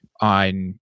on